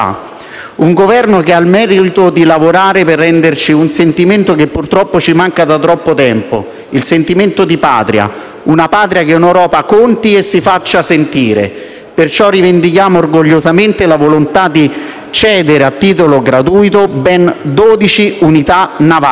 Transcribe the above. un Governo che ha il merito di lavorare per renderci un sentimento che purtroppo da troppo tempo manca, cioè quello di Patria; una Patria che in Europa conti e si faccia sentire. Rivendichiamo pertanto orgogliosamente la volontà di cedere a titolo gratuito ben dodici unità navali